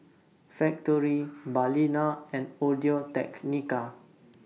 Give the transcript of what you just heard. Factorie Balina and Audio Technica